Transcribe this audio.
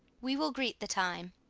we will greet the time.